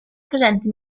presenti